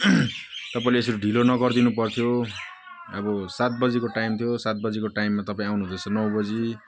तपाईँले यसरी ढिलो नगरिदिनु पर्थ्यो अब सात बजीको टाइम थियो सात बजीको टाइम तपाईँ आउनुहुँदैछ नौ बजी